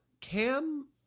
Cam